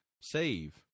save